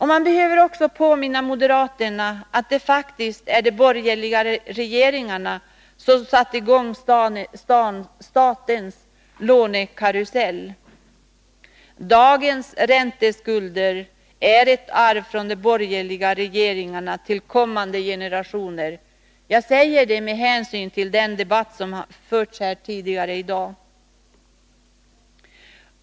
Man behöver också påminna moderaterna om att det faktiskt är de borgerliga regeringarna som har satt i gång statens lånekarusell. Dagens ränteskulder är ett arv från de borgerliga regeringarna till kommande generationer. Jag säger det med hänsyn till den debatt som har förts här tidigare i dag.